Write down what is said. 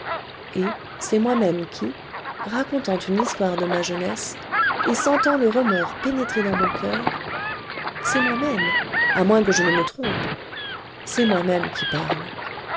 et c'est moi-même qui racontant une histoire de ma jeunesse et sentant le remords pénétrer dans mon coeur c'est moi-même à moins que je ne me trompe c'est moi-même qui parle